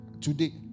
Today